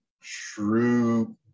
true